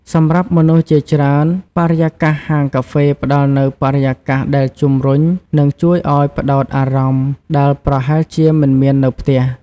សម្រាប់មនុស្សជាច្រើន បរិយាកាសហាងកាហ្វេផ្តល់នូវ បរិយាកាសដែលជំរុញ និងជួយឱ្យផ្តោតអារម្មណ៍ ដែលប្រហែលជាមិនមាននៅផ្ទះ។